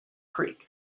creek